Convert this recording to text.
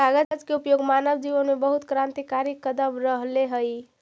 कागज के उपयोग मानव जीवन में बहुत क्रान्तिकारी कदम रहले हई